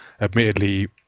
admittedly